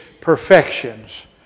perfections